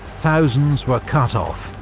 thousands were cut off,